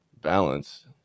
balance